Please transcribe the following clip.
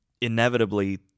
inevitably